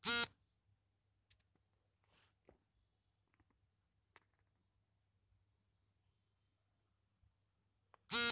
ವ್ಯಾಪಕ ಬೇಸಾಯದಲ್ಲಿ ದೊಡ್ಡದಾದ ಸಮತಟ್ಟಾದ ಪ್ರದೇಶಗಳಲ್ಲಿ ಯಾಂತ್ರೀಕರಣವನ್ನು ಹೆಚ್ಚು ಪರಿಣಾಮಕಾರಿಯಾಗಿ ಬಳಸ್ಬೋದು